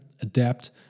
adapt